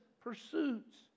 pursuits